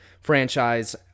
franchise